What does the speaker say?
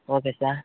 okay sir